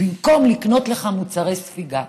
במקום לקנות לך מוצרי ספיגה?